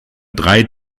drei